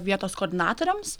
vietos koordinatoriams